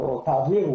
או תעבירו